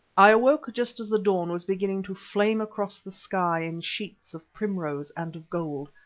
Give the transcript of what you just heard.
i awoke just as the dawn was beginning to flame across the sky in sheets of primrose and of gold,